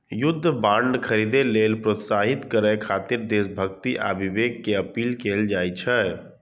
युद्ध बांड खरीदै लेल प्रोत्साहित करय खातिर देशभक्ति आ विवेक के अपील कैल जाइ छै